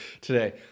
today